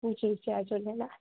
जी जय झूलेलाल